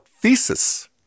thesis